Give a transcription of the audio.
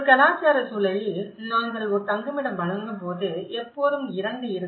ஒரு கலாச்சார சூழலில் நாங்கள் ஒரு தங்குமிடம் வழங்கும்போது எப்போதும் இரண்டு இருக்கும்